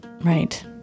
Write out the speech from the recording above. Right